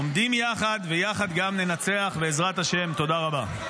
עומדים יחד ויחד גם ננצח, בעזרת השם, תודה רבה.